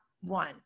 one